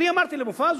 אני אמרתי למופז,